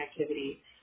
activity